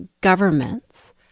governments